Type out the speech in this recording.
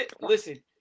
listen